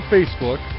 Facebook